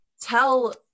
tell